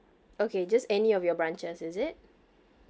okay just any of your branches is it